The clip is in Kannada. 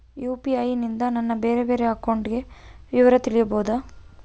ಯು.ಪಿ.ಐ ನಿಂದ ನನ್ನ ಬೇರೆ ಬೇರೆ ಬ್ಯಾಂಕ್ ಅಕೌಂಟ್ ವಿವರ ತಿಳೇಬೋದ?